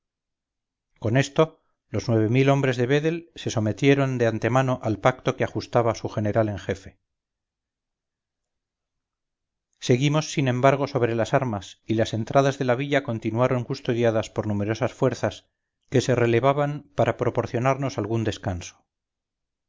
con esto los nueve mil hombres de vedel se sometieron de antemano al pacto que ajustaba su general en jefe seguimos sin embargo sobre las armas y las entradas de la villa continuaron custodiadas por numerosas fuerzas que se relevaban para proporcionarnos algún descanso